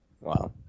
Wow